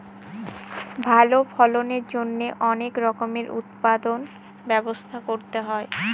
ভালো ফলনের জন্যে অনেক রকমের উৎপাদনর ব্যবস্থা করতে হয়